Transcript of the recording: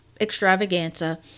extravaganza